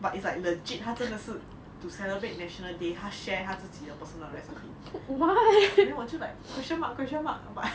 but it's like legit 她真的是 to celebrate national day 她 share 她自己的 personal recipe then 我就 like question mark question mark but